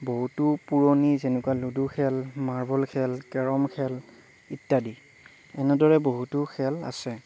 বহুতো পুৰণি যেনেকুৱা লুডু খেল মাৰ্বল খেল কেৰম খেল ইত্যাদি এনেদৰে বহুতো খেল আছে